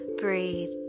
Breathe